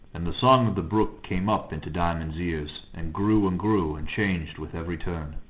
and the song of the brook came up into diamond's ears, and grew and grew and changed with every turn.